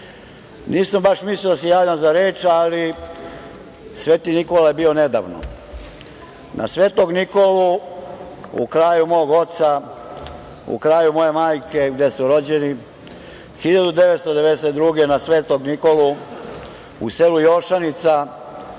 baš mislio da se javljam za reč, ali Sveti Nikola je bio nedavno. Na Svetog Nikolu u kraju mog oca, u kraju moje majke gde su rođeni, 1992. godine u selu Jošanica,